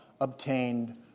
obtained